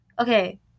okay